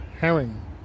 Herring